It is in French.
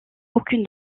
aucune